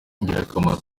ingirakamaro